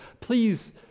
please